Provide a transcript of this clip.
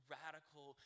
radical